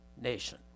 nation